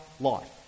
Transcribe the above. life